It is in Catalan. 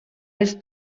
les